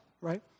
right